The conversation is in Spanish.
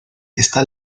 está